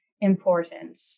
important